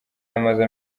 yamaze